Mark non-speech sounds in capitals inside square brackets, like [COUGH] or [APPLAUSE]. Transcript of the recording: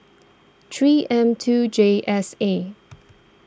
three M two J S A [NOISE]